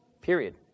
period